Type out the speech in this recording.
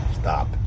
stop